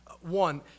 One